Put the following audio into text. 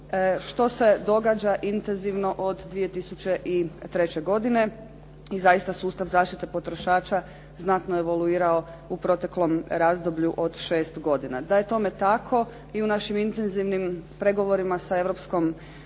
što se događa intenzivno od 2003. godine. I zaista sustav zaštite potrošača znatno je evoluirao u proteklom razdoblju od 6 godina. Da je tome tako i u našim intenzivnim pregovorima sa